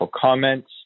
comments